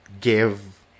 give